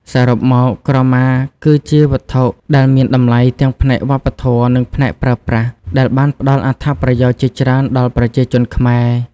សរុបមក ក្រមាគឺជាវត្ថុដែលមានតម្លៃទាំងផ្នែកវប្បធម៌និងផ្នែកប្រើប្រាស់ ដែលបានផ្តល់អត្ថប្រយោជន៍ជាច្រើនដល់ប្រជាជនខ្មែរ។